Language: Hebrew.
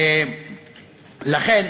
לכן,